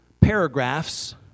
paragraphs